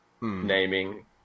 naming